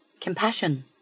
Compassion